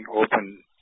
open